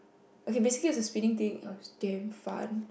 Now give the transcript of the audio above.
okay basically it's the spinning thing it was damn fun